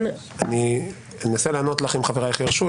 אני מנסה לענות לך, אם חבריך ירשו.